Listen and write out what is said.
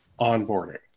onboarding